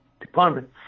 department